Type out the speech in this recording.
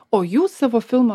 o jūs savo filmą